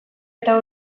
eta